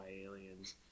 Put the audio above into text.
aliens